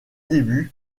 début